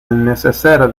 neceser